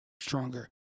stronger